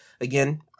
again